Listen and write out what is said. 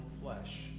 flesh